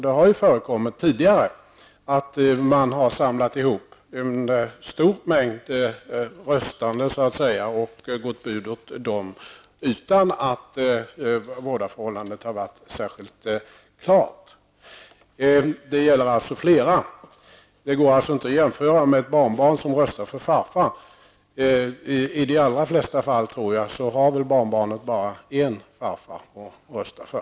Det har ju förekommit tidigare att man har samlat ihop en stor mängd röstande och varit bud åt dessa utan att vårdarförhållandet har varit särskilt klart. Det gäller alltså flera, och det går således inte att jämföra med barnbarn som röstar för farfar. I de allra flesta fall har väl barnbarnet bara en farfar att rösta för.